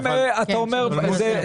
זאת השאלה.